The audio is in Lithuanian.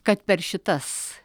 kad per šitas